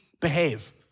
behave